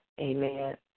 Amen